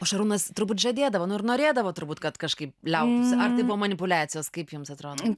o šarūnas turbūt žadėdavo nu ir norėdavo turbūt kad kažkaip liautųsi ar tai buvo manipuliacija kaip jums atrodo